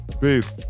Peace